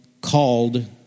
called